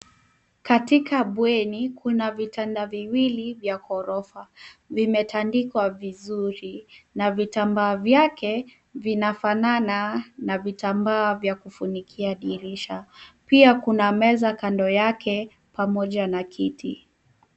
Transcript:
Katika bweni, kuna vitanda viwili vya ghorofa. Vimetandikwa vizuri na vitambaa vyake vinafanana na vitambaa vya kufunikia dirisha. PIa kuna meza kando yake pamoja na kiti.